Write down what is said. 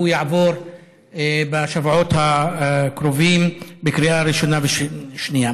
הוא יעבור בשבועות הקרובים בקריאה ראשונה ושנייה.